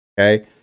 okay